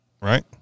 right